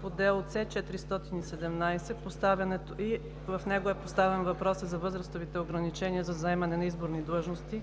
по дело С-417, и в него е поставен въпросът за възрастовите ограничения за заемане на изборни длъжности.